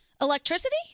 Electricity